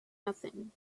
nothing